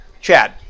Chad